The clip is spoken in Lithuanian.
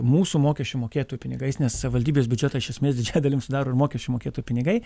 mūsų mokesčių mokėtojų pinigais nes savivaldybės biudžetą iš esmės didžiają dalim sudaro ir mokesčių mokėtojų pinigai